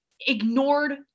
ignored